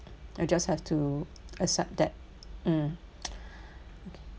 I just have to accept that mm